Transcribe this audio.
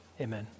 amen